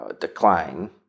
decline